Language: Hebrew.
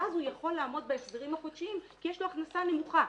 ואז הוא יכול לעמוד בהחזרים החודשיים כי יש לו הכנסה נמוכה.